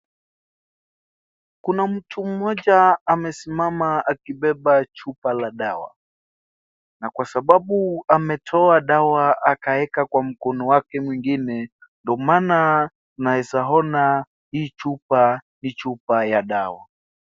Kuna mtu mmoja amesimama akibeba chupa la dawa na kwa sababu ametoa dawa akaweka kwa mkono wake mwingine ndo maana naweza ona hii chupa ni chupa ya dawa.